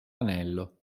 anello